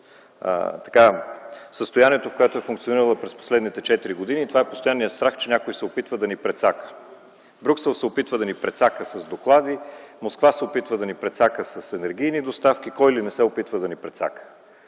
състоянието, в което е функционирала през последните четири години и това е последният страх, че някой се опитва да ни прецака. Брюксел се опитва да ни прецака с доклади, Москва се опитва да ни прецака с енергийни доставки, кой ли не се опитва да ни прецака.